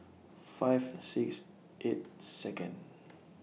five six eight Second